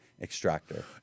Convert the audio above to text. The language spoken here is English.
extractor